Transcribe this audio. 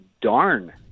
darn